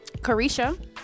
carisha